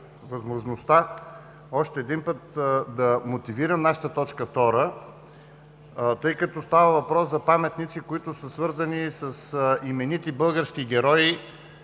възможността още един път да мотивирам нашата т. 2, тъй като става въпрос за паметници, които са свързани с именити български герои,